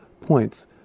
points